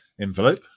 envelope